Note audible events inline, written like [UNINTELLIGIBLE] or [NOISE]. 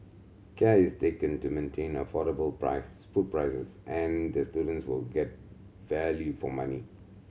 care is taken to maintain affordable prices [UNINTELLIGIBLE] food prices and the students will get value for money